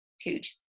huge